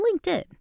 LinkedIn